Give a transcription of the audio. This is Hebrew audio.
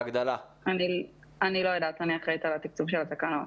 אני לא יודעת, אני אחראית על התקציב של התקנות.